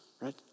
right